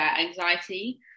anxiety